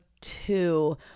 two